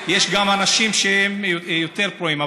יש גם אנשים שהם יותר פרועים.